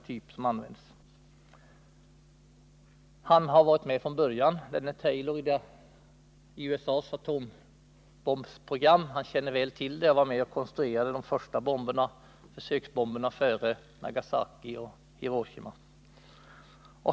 Taylor har varit med från början i USA:s atombombprogram, han känner väl till saken och han var med om att konstruera de första försöksbomberna — före Nagasaki och Hiroshima.